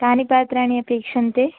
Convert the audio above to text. कानि पात्राणि अपेक्ष्यन्ते